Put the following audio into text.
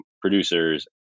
producers